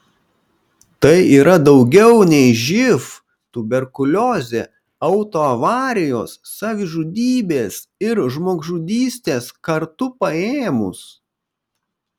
tai yra daugiau nei živ tuberkuliozė autoavarijos savižudybės ir žmogžudystės kartu paėmus